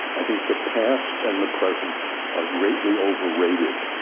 i think the past and the present are greatly overrated.